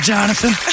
Jonathan